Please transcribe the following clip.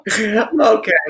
okay